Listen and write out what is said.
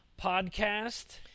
podcast